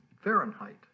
Fahrenheit